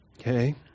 Okay